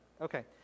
okay